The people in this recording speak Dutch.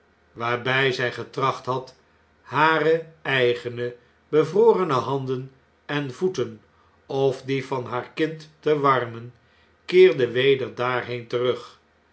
waarbij zjj getracht had hare eigene bevrorene handen en voeten of die van haar kind te warmen keerde weder daarheen terug